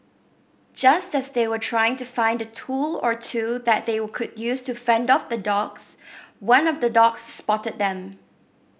just as they were trying to find a tool or two that they could use to fend off the dogs one of the dogs spotted them